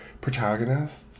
protagonists